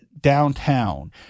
downtown